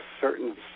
certain